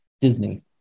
Disney